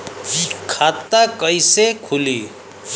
खाता कईसे खुली?